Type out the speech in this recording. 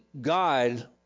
God